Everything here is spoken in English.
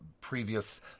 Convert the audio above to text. previous